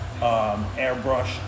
airbrush